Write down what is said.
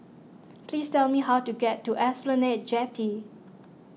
please tell me how to get to Esplanade Jetty